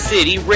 City